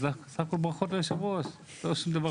אז בסך הכול ברכות ליושב-ראש, לא שום דבר פוליטי.